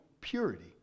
purity